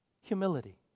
Humility